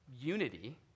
unity